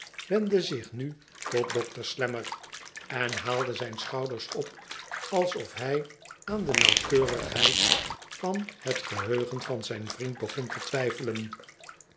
wendde zich nu tot dokter slammer en haalde zijn schouders op alsof hij a an de nauwkeurigheid van het geheugen van zijn vriend begori te twijfelen